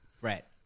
Brett